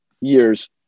years